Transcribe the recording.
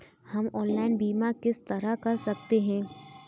हम ऑनलाइन बीमा किस तरह कर सकते हैं?